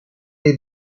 dei